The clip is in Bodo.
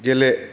गेले